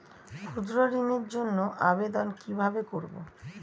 ক্ষুদ্র ঋণের জন্য আবেদন কিভাবে করব?